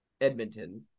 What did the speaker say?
edmonton